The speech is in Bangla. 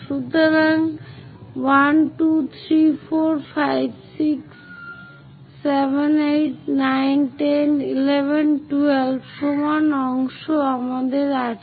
সুতরাং 1 2 3 4 5 6 7 8 9 10 11 12 সমান অংশ আমাদের আছে